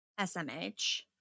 SMH